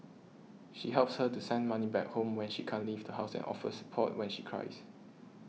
she helps her to send money back home when she can't leave the house and offers support when she cries